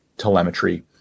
telemetry